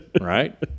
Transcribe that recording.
right